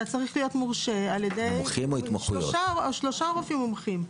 אתה צריך להיות מורשה על ידי שלושה רופאים מומחים,